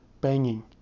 Banging